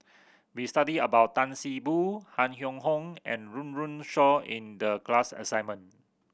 we studied about Tan See Boo Han Yong Hong and Run Run Shaw in the class assignment